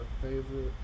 favorite